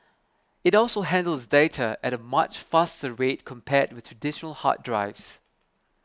it also handles data at a much faster rate compared with traditional hard drives